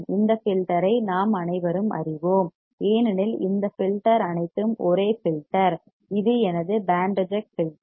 இந்த ஃபில்டர் ஐ நாம் அனைவரும் அறிவோம் ஏனெனில் இந்த ஃபில்டர் அனைத்தும் ஒரே ஃபில்டர் இது எனது பேண்ட் ரிஜெக்ட் ஃபில்டர்